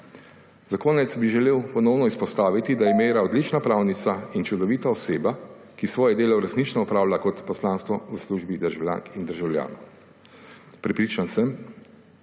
Za konec bi želel ponovno izpostaviti, da je Meira odlična pravnica in čudovita oseba, ki svoje delo resnično opravlja kot poslanstvo v službi državljank in državljanov. Prepričan sem,